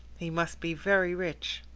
he must be very rich.